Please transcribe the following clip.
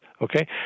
okay